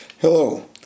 Hello